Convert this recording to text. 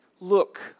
look